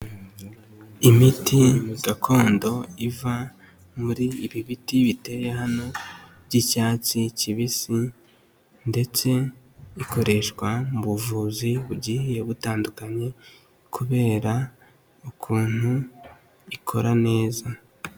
Imiti gakondo iva muri ibi biti biteye hano by'icyatsi kibisi, ndetse ikoreshwa mu buvuzi bugiye butandukanye kubera ukuntu ikora neza.